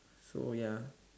so ya